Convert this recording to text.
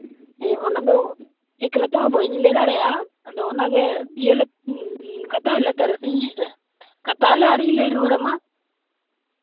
ᱦᱮᱸ ᱚᱱᱟᱫᱚ ᱮᱠᱞᱟ ᱛᱮᱦᱚᱸ ᱵᱟᱹᱧ ᱞᱟᱹᱭ ᱫᱟᱲᱮᱭᱟᱜᱼᱟ ᱟᱫᱚ ᱚᱱᱟᱜᱮ ᱤᱭᱟᱹᱞᱮ ᱠᱟᱛᱷᱟᱜ ᱟᱞᱮ ᱛᱟᱨᱟᱥᱤᱧ ᱦᱮᱸ ᱥᱮ ᱠᱟᱛᱷᱟᱜ ᱟᱞᱮ ᱟᱨᱤᱧ ᱞᱟᱹᱭ ᱨᱩᱣᱟᱹᱲ ᱟᱢᱟ